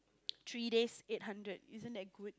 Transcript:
three days eight hundred isn't that good